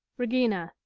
regina.